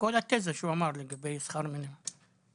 חברי הכנסת שיושבים כאן דנים כדי לוודא שהחלטות הממשלה מתבצעות,